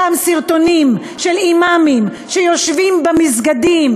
אותם סרטונים של אימאמים שיושבים במסגדים